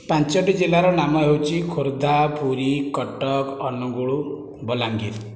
ପାଞ୍ଚଟି ଜିଲ୍ଲାର ନାମ ହେଉଛି ଖୋର୍ଦ୍ଧା ପୁରୀ କଟକ ଅନୁଗୁଳୁ ବଲାଙ୍ଗୀର